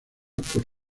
por